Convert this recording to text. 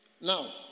Now